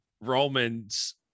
Roman's